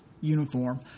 uniform